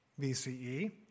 BCE